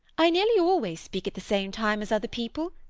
i nearly always speak at the same time as other people.